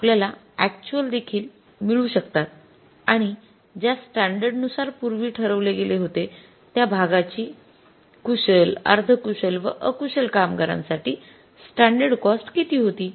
आपल्याला अक्यचुअल देखील मिळू शकतात आणि ज्या स्टैंडर्ड नुसार पूर्वी ठरवले गेले होते त्या भागाची कुशल अर्धकुशल व अकुशल कामगारांसाठी स्टैंडर्ड कॉस्ट किती होती